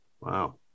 Wow